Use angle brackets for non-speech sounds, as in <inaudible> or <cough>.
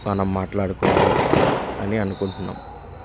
మనం మాట్లాడు <unintelligible> అని అనుకుంటున్నాం